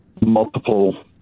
multiple